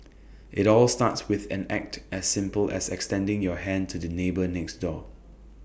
IT all starts with an act as simple as extending your hand to the neighbour next door